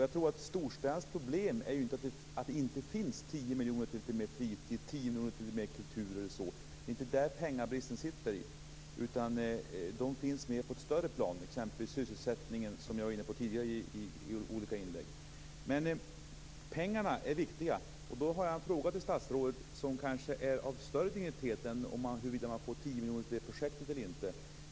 Storstädernas problem är ju inte att det inte finns 10 miljoner till lite mer fritid eller kultur, utan problemen finns på ett högre plan, t.ex. när det gäller sysselsättningen, som jag tidigare varit inne på i olika inlägg. Men pengarna är viktiga, och då har jag en fråga till statsrådet som kanske är av större dignitet än om man får 10 miljoner till ett projektet eller inte.